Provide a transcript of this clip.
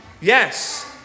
yes